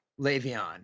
Le'Veon